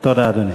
תודה, אדוני.